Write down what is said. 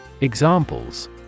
Examples